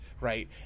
right